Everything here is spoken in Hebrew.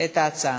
את ההצעה.